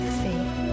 faith